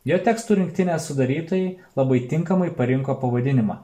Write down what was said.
jo tekstų rinktinės sudarytojai labai tinkamai parinko pavadinimą